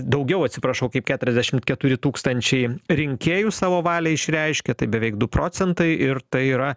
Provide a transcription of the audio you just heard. daugiau atsiprašau kaip keturiasdešimt keturi tūkstančiai rinkėjų savo valią išreiškė tai beveik du procentai ir tai yra